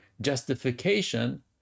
justification